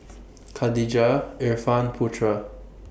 Khadija Irfan Putra